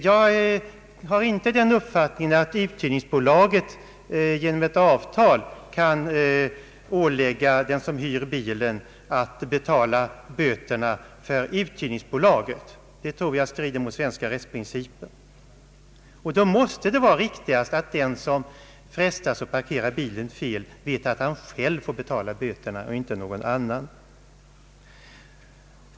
Jag anser inie att uthyrningsbolaget genom avtal kan ålägga den som hyr bilen att betala böterna för uthyrningsbolaget. Ett sådant avtal skulle enligt min mening strida mot svenska rättsprinciper. Men det måste vara riktigast att den som frestas att parkera bilen fel vet med sig att han själv får betala böterna och inte någon annan.